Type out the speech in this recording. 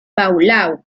palau